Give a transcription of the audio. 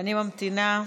אני ממתינה.